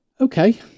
Okay